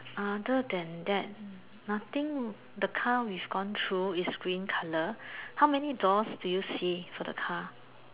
other than that nothing the car we've gone through is green colour how many doors do you see for the car